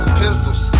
pistols